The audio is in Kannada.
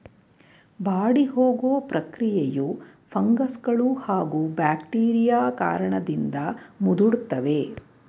ಬಾಡಿಹೋಗೊ ಪ್ರಕ್ರಿಯೆಯು ಫಂಗಸ್ಗಳೂ ಹಾಗೂ ಬ್ಯಾಕ್ಟೀರಿಯಾ ಕಾರಣದಿಂದ ಮುದುಡ್ತವೆ